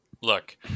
Look